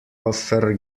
opfer